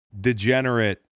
degenerate